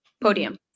podium